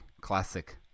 classic